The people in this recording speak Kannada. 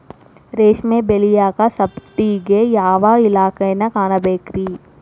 ರೇಷ್ಮಿ ಬೆಳಿಯಾಕ ಸಬ್ಸಿಡಿಗೆ ಯಾವ ಇಲಾಖೆನ ಕಾಣಬೇಕ್ರೇ?